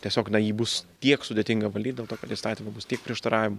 tiesiog na jį bus tiek sudėtinga valyt dėl to kad įstatyme bus tiek prieštaravimų